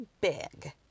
big